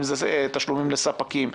אם זה תשלומים לספקים,